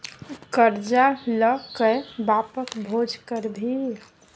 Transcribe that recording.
करजा ल कए बापक भोज करभी?